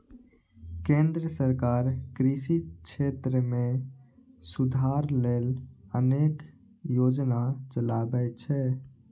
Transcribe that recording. केंद्र सरकार कृषि क्षेत्र मे सुधार लेल अनेक योजना चलाबै छै